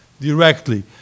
directly